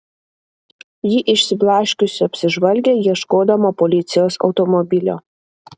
ji išsiblaškiusi apsižvalgė ieškodama policijos automobilio